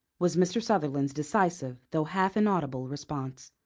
was mr. sutherland's decisive though half-inaudible response.